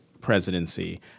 presidency